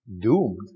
doomed